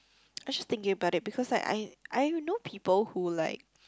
I was just thinking about it because like I I know people who like